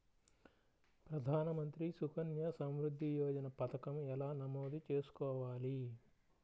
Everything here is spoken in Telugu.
ప్రధాన మంత్రి సుకన్య సంవృద్ధి యోజన పథకం ఎలా నమోదు చేసుకోవాలీ?